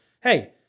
hey